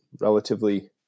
relatively